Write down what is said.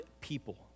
people